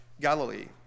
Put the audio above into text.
Galilee